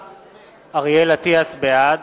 (קורא בשמות חברי הכנסת) אריאל אטיאס, בעד